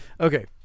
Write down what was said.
okay